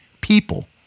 people